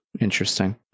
Interesting